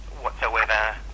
whatsoever